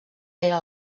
era